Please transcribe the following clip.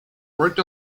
worked